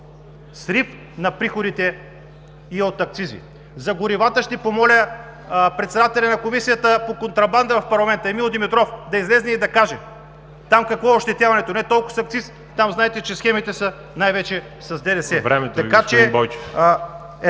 Срив на приходите и от акцизи. За горивата ще помоля Председателя на Комисията по контрабанда в парламента Емил Димитров да излезе и да каже там какво е ощетяването не толкова с акциз. Там знаете, че схемите са най-вече с ДДС.